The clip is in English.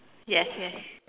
yes yes